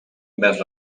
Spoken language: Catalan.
envers